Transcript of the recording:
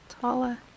Tala